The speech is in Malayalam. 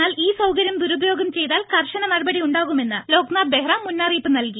എന്നാൽ ഈ സൌകര്യം ദുരുപയോഗം ചെയ്താൽ കർശന നടപടി ഉണ്ടാകുമെന്ന് ലോക്നാഥ് ബെഹ്റ മുന്നറിയിപ്പ് നൽകി